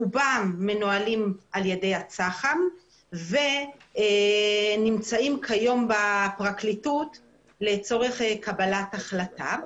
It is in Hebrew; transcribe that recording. רובם מנוהלים על ידי הצח"מ ונמצאים כיום בפרקליטות לצורך קבלת החלטה.